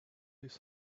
his